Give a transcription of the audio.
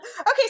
Okay